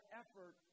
effort